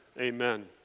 Amen